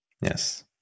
yes